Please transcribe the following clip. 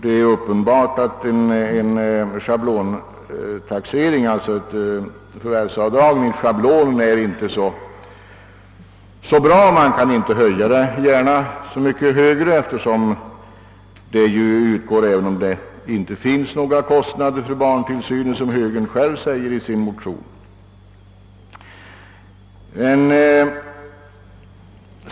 Det är ju uppenbart att ett schablonmässigt förvärvsavdrag, såsom också högermotionärerna anför i sin motion, inte är någon särskilt bra lösning, eftersom det, med hänsyn till att avdraget kan göras även om det inte förekommer några kostnader för barntillsyn, inte kan höjas särskilt mycket mera.